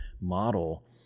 model